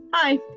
Hi